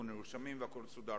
והיו נרשמים והכול מסודר,